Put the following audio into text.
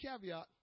caveat